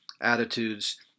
attitudes